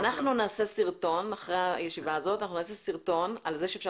אנחנו נעשה סרטון אחרי הישיבה הזאת על זה שאפשר